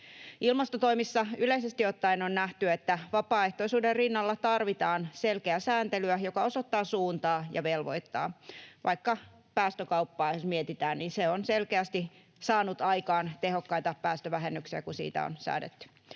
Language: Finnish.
Ilmastotoimissa yleisesti ottaen on nähty, että vapaaehtoisuuden rinnalla tarvitaan selkeää sääntelyä, joka osoittaa suuntaa ja velvoittaa. Jos vaikka päästökauppaa mietitään, niin se on selkeästi saanut aikaan tehokkaita päästövähennyksiä, kun siitä on säädetty.